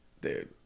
Dude